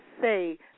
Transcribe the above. say